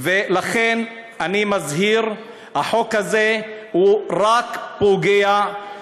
לכן אני מזכיר, החוק הזה רק פוגע.